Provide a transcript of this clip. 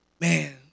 Man